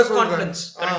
conference